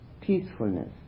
peacefulness